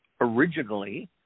originally